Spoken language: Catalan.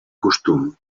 costum